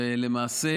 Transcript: ולמעשה